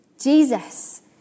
Jesus